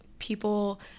people